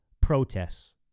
protests